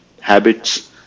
habits